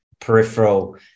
peripheral